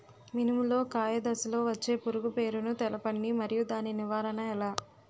మినుము లో కాయ దశలో వచ్చే పురుగు పేరును తెలపండి? మరియు దాని నివారణ ఎలా?